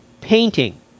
painting